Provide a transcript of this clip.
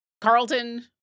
Carlton